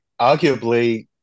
arguably